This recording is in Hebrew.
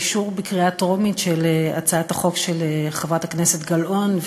אישור בקריאה טרומית של הצעת החוק של חברת הכנסת גלאון,